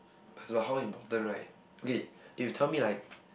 but it's about how important right okay if you tell me like